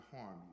harm